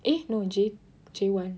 eh no J J one